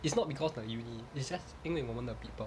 it's not because like uni it's just 因为我们的 people